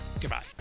Goodbye